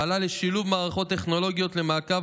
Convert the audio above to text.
ופעלה לשילוב מערכות טכנולוגיות למעקב